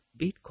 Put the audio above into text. Bitcoin